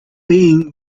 being